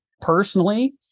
Personally